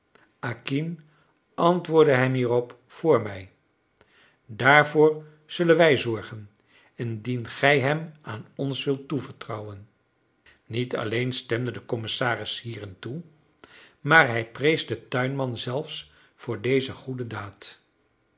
acquin antwoordde hem hierop voor mij daarvoor zullen wij zorgen indien gij hem aan ons wilt toevertrouwen niet alleen stemde de commissaris hierin toe maar hij prees den tuinman zelfs voor deze goede daad